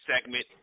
segment